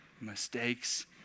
mistakes